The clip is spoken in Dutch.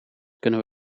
kunnen